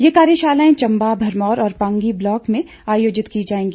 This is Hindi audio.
ये कार्यशालाएं चंबा भरमौर और पांगी ब्लॉक में आयोजित की जाएगी